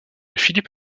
philip